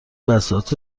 بساط